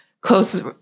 close